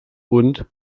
und